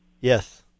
Yes